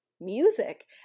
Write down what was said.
music